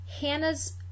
hannah's